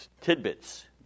tidbits